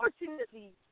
Unfortunately